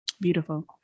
Beautiful